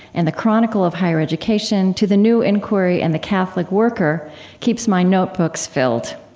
and the chronicle of higher education to the new inquiry and the catholic worker keeps my notebooks filled.